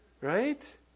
Right